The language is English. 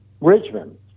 Richmond